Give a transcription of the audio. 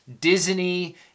Disney